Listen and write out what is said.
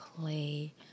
play